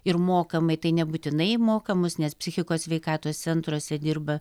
ir mokamai tai nebūtinai į mokamus nes psichikos sveikatos centruose dirba